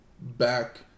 back